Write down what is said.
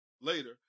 later